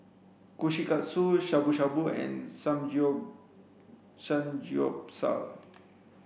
Kushikatsu Shabu Shabu and Samgyeopsal